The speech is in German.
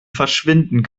verschwinden